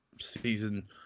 season